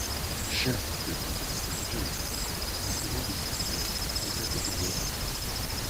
še katyte pasidžiauk pasirodyk chebrai kokia tu buvai vakar